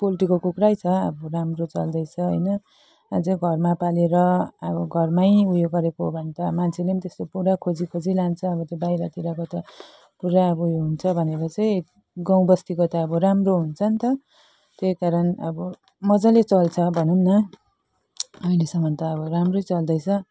पोल्ट्रीको कुखुरै छ हाम्रो राम्रो चल्दैछ होइन अझैँ घरमा पालेर अब घरमै उयो गरेको हो भने त मान्छेले नि त्यस्तो पुरा खोजी खोजी लान्छ अब त्यो बाहिरतिरको त पुरा अब उयो हुन्छ भनेर चाहिँ गाउँबस्तीको त अब राम्रो हुन्छ नि त त्यही कारण अब मजाले चल्छ भनौँ न अहिलेसम्म त अब राम्रै चल्दैछ